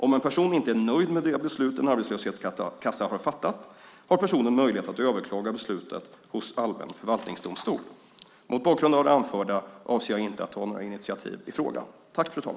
Om en person inte är nöjd med det beslut en arbetslöshetskassa har fattat har personen möjlighet att överklaga beslutet hos allmän förvaltningsdomstol. Mot bakgrund av det anförda avser jag inte att ta några initiativ i frågan.